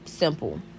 simple